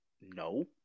No